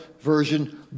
version